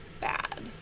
bad